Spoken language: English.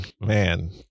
man